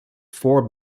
four